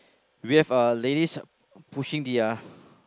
we have a ladies pushing their